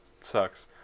sucks